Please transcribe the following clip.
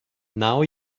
now